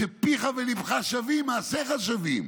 כשפיך וליבך שווים, מעשיך שווים.